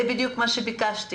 זה בדיוק מה שביקשתי.